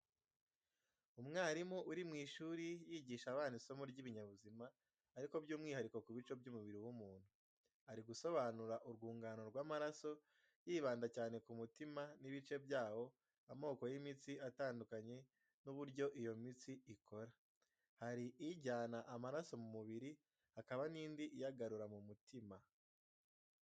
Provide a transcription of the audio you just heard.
Umwarimu uri mu ishuri yigisha abana isomo ry'ibinyabuzima ariko by'umwihariko ku bice by'umubiri w'umuntu. Ari gusobanura urwungano rw'amaraso yibanda cyane k'umutima n'ibice byawo, amoko y'imitsi atandukanye n'uburyo iyo mitsi ikora. Hari ijyana amaraso mu mubiri hakaba n'indi iyagarura mu mutima.